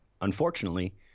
unfortunately